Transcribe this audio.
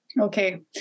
Okay